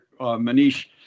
Manish